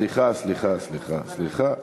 סליחה, סליחה, סליחה.